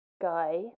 guy